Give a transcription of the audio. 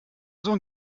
sohn